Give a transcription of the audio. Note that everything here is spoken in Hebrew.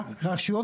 רשויות